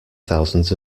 thousands